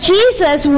Jesus